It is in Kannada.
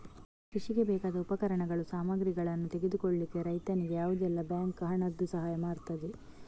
ಕೃಷಿಗೆ ಬೇಕಾದ ಉಪಕರಣಗಳು, ಸಾಮಗ್ರಿಗಳನ್ನು ತೆಗೆದುಕೊಳ್ಳಿಕ್ಕೆ ರೈತನಿಗೆ ಯಾವುದೆಲ್ಲ ಬ್ಯಾಂಕ್ ಹಣದ್ದು ಸಹಾಯ ಮಾಡ್ತದೆ?